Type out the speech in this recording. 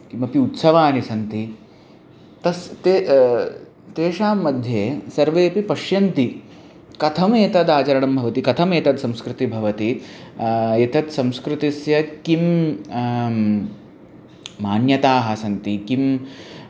किमपि उत्सवाः सन्ति तत् ते तेषां मध्ये सर्वेपि पश्यन्ति कथमेतद् आचरणं भवति कथमेतद् संस्कृतिः भवति एतत् संस्कृतस्य किं मान्यताः सन्ति किं